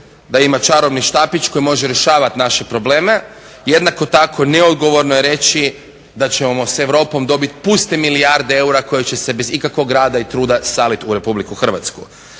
da ima čarobni štapić koji može rješavati naše probleme. Jednako tako neodgovorno je reći da ćemo s Europom dobiti puste milijarde eura koje će se bez ikakvog rada i truda saliti u RH.